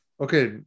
okay